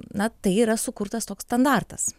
na tai yra sukurtas toks standartas